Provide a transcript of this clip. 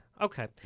Okay